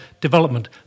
development